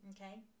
Okay